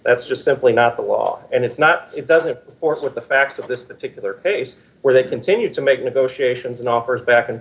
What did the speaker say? that's just simply not the law and it's not it doesn't with the facts of this particular case where they continued to make negotiations and offers back and